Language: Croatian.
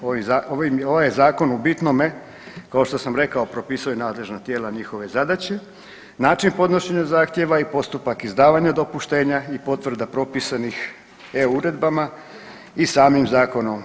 Ovaj je zakon u bitnome kao što sam rekao propisuje nadležna tijela, njihove zadaće, način podnošenja zahtjeva i postupak izdavanja dopuštenja i potvrda propisanih EU uredbama i samim zakonom.